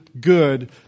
good